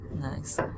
Nice